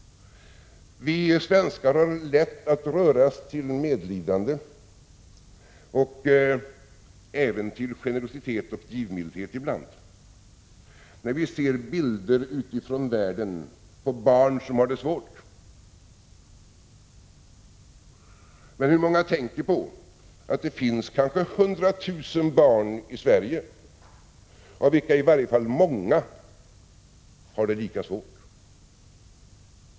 Vi svenskar har lätt att röras till medlidande — även till generositet och givmildhet — när vi ser bilder från världen av barn som har det svårt men hur många tänker på att det finns ca 100 000 barn i Sverige av vilka många har det lika svårt?